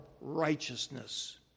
righteousness